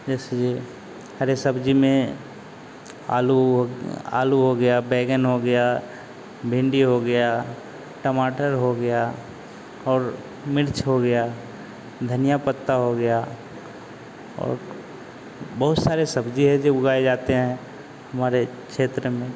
जैसे हरी सब्जी में आलू आलू हो गया बैंगन हो गया भिंडी हो गया टमाटर हो गया और मिर्च हो गया धनिया पत्ता हो गया और बहुत सारे सब्जी है जो उगाए जाते हैं हमारे क्षेत्र में